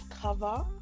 cover